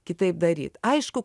kitaip daryt aišku